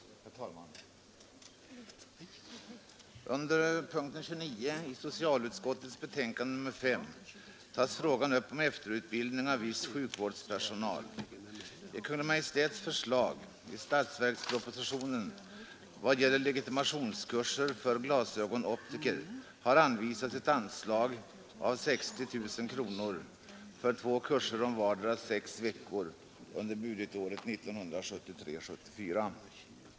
Herr talman! Under punkten 29 i socialutskottets betänkande nr 5 tas frågan upp om efterutbildning av viss sjukvårdspersonal. Kungl. Maj:t föreslår i statsverkspropositionen i vad gäller legitimationskurser för glasögonoptiker att ett anslag på 60 000 kronor anvisas för två kurser om vardera sex veckor under budgetåret 1973/74.